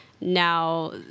Now